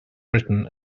britain